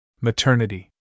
Maternity